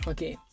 Okay